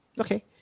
Okay